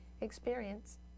experience